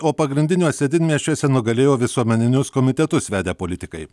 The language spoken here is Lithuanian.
o pagrindiniuose didmiesčiuose nugalėjo visuomeninius komitetus vedę politikai